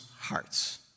hearts